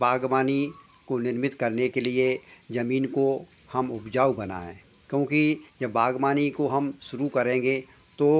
बाग़बानी को निर्मित करने के लिए ज़मीन को हम उपजाऊ बनाएँ क्योंकि जब बाग़बानी को हम शुरू करेंगे तो